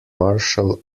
martial